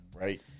Right